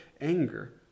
anger